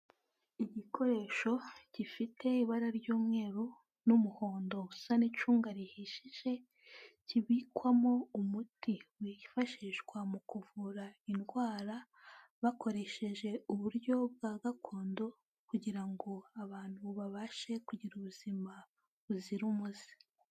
Igikoresho gifite ibara ry'umweru n'umuhondo usa n'icunga rihishije, kibikwamo umuti wifashishwa mu kuvura indwara, bakoresheje uburyo bwa gakondo kugira ngo abantu babashe kugira ubuzima buzira umuze.